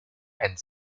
and